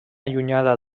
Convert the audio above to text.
allunyada